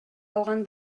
алган